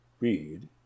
read